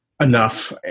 enough